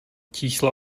čísla